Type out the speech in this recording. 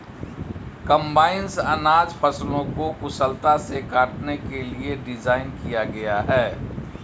combines अनाज फसलों को कुशलता से काटने के लिए डिज़ाइन किया गया है